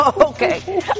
Okay